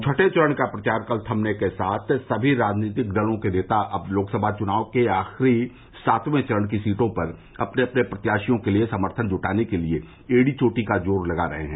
छठें चरण का प्रचार कल थमने के बाद सभी राजनीतिक दलों के नेता अब लोकसभा चुनाव के आखिरी सातवें चरण की सीटों पर अपने अपने प्रत्याशियों के लिये समर्थन जुटाने के लिये एड़ी चोटी का जोर लगा रहे हैं